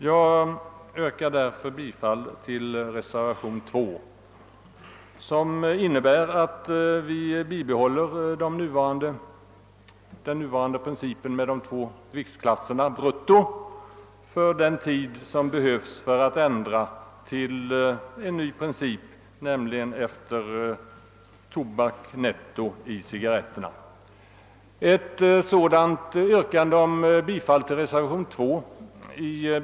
— Jag yrkar, herr talman, bifall till reservationen 2, som innebär att vi skall bibehålla den nuvarande principen med två viktklasser, beräknade enligt bruttovikt, för den tid som åtgår innan vi kan införa en ny princip, nämligen med nettoviktberäkning av tobaken i cigarretterna.